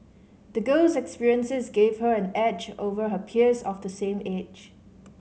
the girl's experiences gave her an edge over her peers of the same age